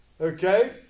Okay